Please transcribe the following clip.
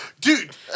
dude